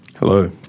Hello